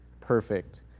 perfect